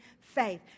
faith